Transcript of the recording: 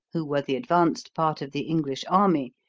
who were the advanced part of the english army,